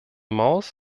maus